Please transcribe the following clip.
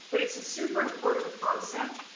but it's a super important concept,